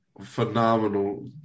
phenomenal